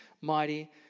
mighty